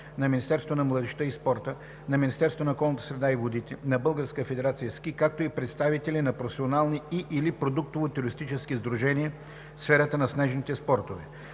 на Министерството на младежта и спорта, на Министерството на околната среда и водите, на Българската федерация „Ски“, както и представители на професионални и/или продуктови туристически сдружения в сферата на снежните спортове.“